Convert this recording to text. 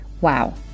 Wow